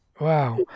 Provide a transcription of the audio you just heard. Wow